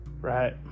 right